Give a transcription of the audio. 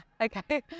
okay